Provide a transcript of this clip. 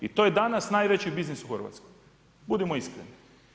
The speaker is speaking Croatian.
I to je danas najveći biznis u Hrvatskoj, budimo iskreni.